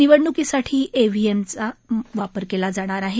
निवडण्कीसाठी इव्हीएमचा वापर केला जाणार आहे